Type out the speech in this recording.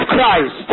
Christ